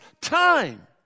time